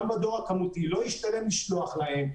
גם בדואר הכמותי לא ישתלם לשלוח להם,